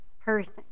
person